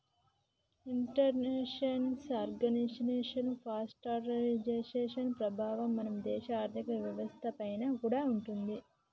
international organisation for standardisation ప్రభావం మన దేశ ఆర్ధిక వ్యవస్థ పైన కూడా ఉంటాది